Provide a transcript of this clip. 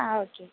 ആ ഓക്കേ